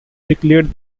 declared